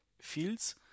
fields